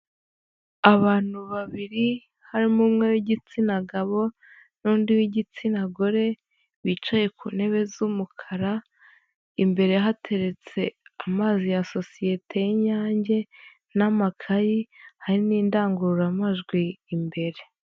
Abantu babiri harimo umwe w'igitsina gabo n'undi w'igitsina gore bicaye ku ntebe z'umukara, imbere hateretse amazi ya sosiyete y'Inyange n'amakayi, hari n'indangururamajwi imbere.